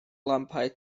lampau